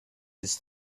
his